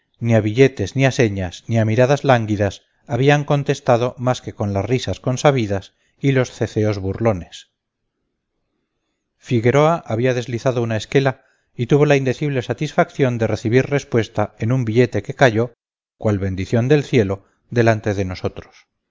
ni a billetes ni a señas ni a miradas lánguidas habían contestado más que con las risas consabidas y los ceceos burlones figueroa había deslizado una esquela y tuvo la indecible satisfacción de recibir respuesta en un billete que cayó cual bendición del cielo delante de nosotros